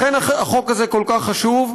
לכן החוק הזה כל כך חשוב,